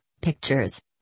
pictures